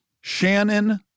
Shannon